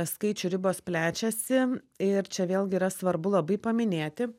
skaičių ribos plečiasi ir čia vėlgi yra svarbu labai paminėti